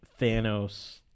Thanos